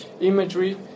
Imagery